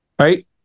right